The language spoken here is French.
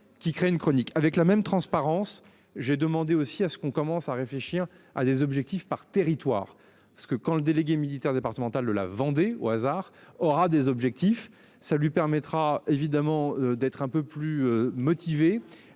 qui crée une chronique avec la même transparence. J'ai demandé aussi à ce qu'on commence à réfléchir à des objectifs par territoire parce que quand le délégué militaire départemental de la Vendée au hasard aura des objectifs. Ça lui permettra évidemment d'être un peu plus motivé